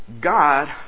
God